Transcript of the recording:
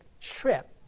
trip